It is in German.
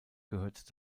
gehört